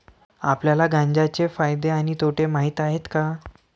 आपल्याला गांजा चे फायदे आणि तोटे माहित आहेत का?